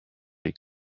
les